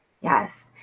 yes